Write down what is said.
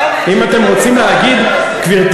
גם, לשני כיבושים, לא כיבוש